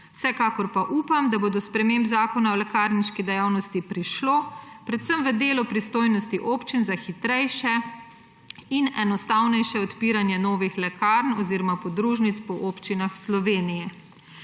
Vsekakor pa upam, da bo do sprememb Zakona o lekarniški dejavnosti prišlo, predvsem v delu pristojnosti občin za hitrejše in enostavnejše odpiranje novih lekarn oziroma podružnic po občinah v Sloveniji.«